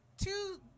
two